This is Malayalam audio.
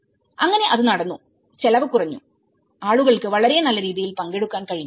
അങ്ങനെ അത് നടന്നു ചെലവ് കുറഞ്ഞു ആളുകൾക്ക് വളരെ നല്ല രീതിയിൽ പങ്കെടുക്കാൻ കഴിഞ്ഞു